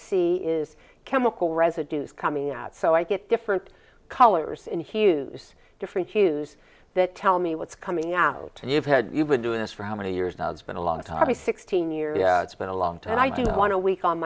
see is chemical residues coming out so i get different colors in hues different hues that tell me what's coming out you've had you've been doing this for how many years now it's been a long time the sixteen years it's been a long time i didn't want to weak on